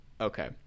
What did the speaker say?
Okay